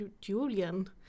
Julian